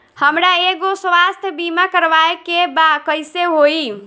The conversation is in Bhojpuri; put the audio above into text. हमरा एगो स्वास्थ्य बीमा करवाए के बा कइसे होई?